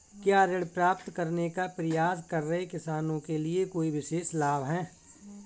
क्या ऋण प्राप्त करने का प्रयास कर रहे किसानों के लिए कोई विशेष लाभ हैं?